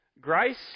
grace